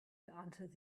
answered